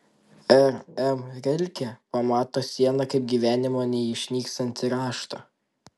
r m rilke pamato sieną kaip gyvenimo neišnykstantį raštą